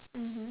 mmhmm